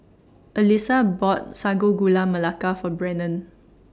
Alysa bought Sago Gula Melaka For Brennon